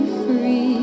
free